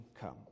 come